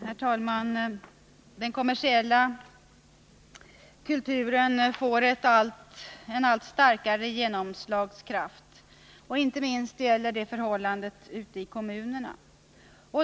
Herr talman! Den kommersiella kulturen får en allt starkare genomslagskraft. Inte minst gäller det ute i kommunerna.